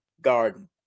garden